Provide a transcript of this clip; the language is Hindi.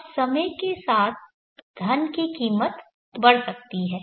अब समय के साथ धन की कीमत बढ़ सकती है